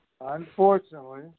Unfortunately